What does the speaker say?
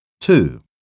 Two